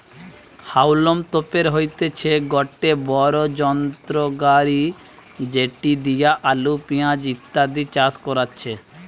হাউলম তোপের হইতেছে গটে বড়ো যন্ত্র গাড়ি যেটি দিয়া আলু, পেঁয়াজ ইত্যাদি চাষ করাচ্ছে